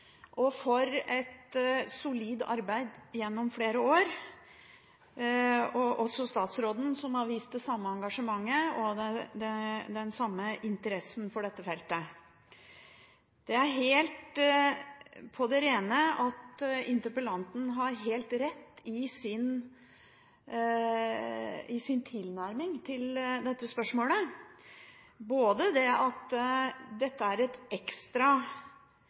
og for et solid arbeid gjennom flere år. Jeg vil også takke statsråden, som har vist det samme engasjementet og den samme interessen for dette feltet. Det er på det rene at interpellanten har helt rett i sin tilnærming til dette spørsmålet – både at dette er et ekstra